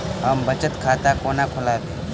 हम बचत खाता कोना खोलाबी?